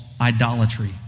idolatry